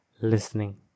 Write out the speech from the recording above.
listening